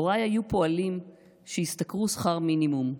הוריי היו פועלים שהשתכרו שכר מינימום,